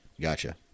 Gotcha